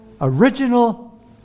original